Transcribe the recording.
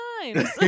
times